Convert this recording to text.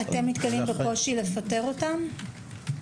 אתם נתקלים בקושי לפטר אותם,